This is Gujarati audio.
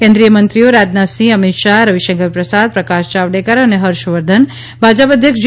કેન્દ્રીયમંત્રીઓ રાજનાથસિંહ અમિત શાહ રવિશંકર પ્રસાદ પ્રકાશ જાવડેકર અને હર્ષવર્ધન ભાજપ અધ્યક્ષ જે